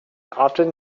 often